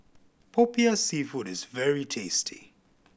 Popiah Seafood is very tasty